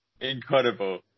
Incredible